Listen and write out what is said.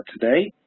today